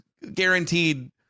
guaranteed